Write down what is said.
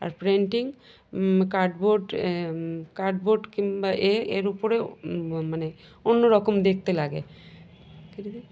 আর printing cardboard cardboard কিংবা এ এর উপরেও মানে অন্য রকম দেখতে লাগে